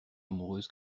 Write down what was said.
amoureuse